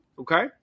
okay